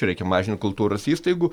reikia mažinti kultūros įstaigų